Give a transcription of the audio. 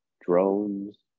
drones